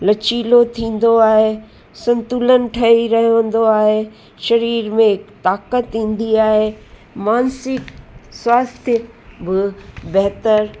लचीलो थींदो आहे संतुलन ठही रहंदो आहे सरीर में हिकु ताक़त ईंदी आहे मानसिक स्वास्थ्य बि बहितर